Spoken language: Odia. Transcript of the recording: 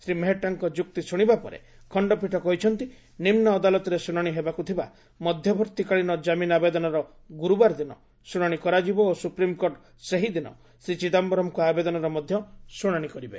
ଶ୍ରୀ ମେହେଟ୍ଟାଙ୍କ ଯୁକ୍ତି ଶୁଶିବା ପରେ ଖଶ୍ଚପୀଠ କହିଛନ୍ତି ନିମ୍ନ ଅଦାଲତରେ ଶୁଣାଣି ହେବାକୁ ଥିବା ମଧ୍ୟବର୍ତ୍ତୀକାଳୀନ ଜାମିନ୍ ଆବେଦନର ଗୁରୁବାର ଦିନ ଶୁଣାଣି କରାଯିବ ଓ ସୁପ୍ରିମ୍କୋର୍ଟ ସେହିଦିନ ଶ୍ରୀ ଚିଦାମ୍ଘରମ୍ଙ୍କ ଆବେଦନର ମଧ୍ୟ ଶ୍ରୁଣାଣି କରିବେ